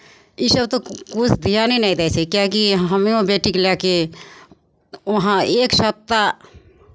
इसभ तऽ किछु धियाने नहि दै छै किएकि हमेओ बेटीकेँ लए कऽ उहाँ एक सप्ताह